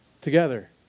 together